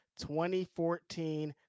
2014